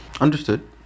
Understood